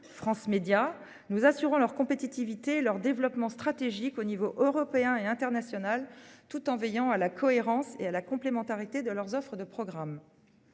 France Médias, nous assurons leur compétitivité et leur développement stratégique au niveau européen et international, tout en veillant à la cohérence et à la complémentarité de leurs offres de programmes.